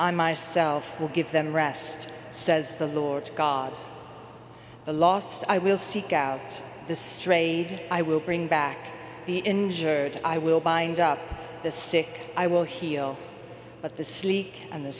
i myself will give them rest says the lord god the last i will seek out the strayed i will bring back the injured i will bind up the sick i will heal but the silly and the